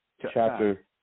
chapter